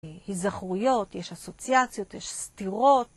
הזכרויות, יש אסוציאציות, יש סתירות.